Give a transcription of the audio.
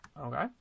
Okay